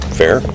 fair